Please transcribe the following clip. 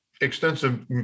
extensive